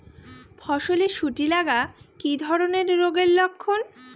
ফসলে শুটি লাগা কি ধরনের রোগের লক্ষণ?